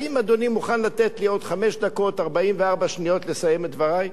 האם אדוני מוכן לתת לי עוד חמש דקות ו-44 שניות לסיים את דברי?